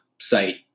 site